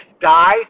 die